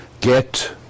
get